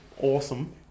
awesome